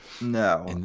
No